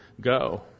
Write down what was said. go